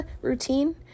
routine